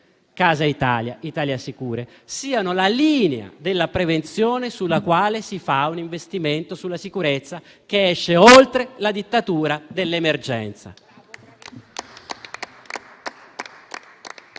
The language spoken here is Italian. (Casa Italia e Italia sicura) siano la linea della prevenzione sulla quale si fa un investimento sulla sicurezza che esce oltre la dittatura dell'emergenza.